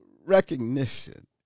recognition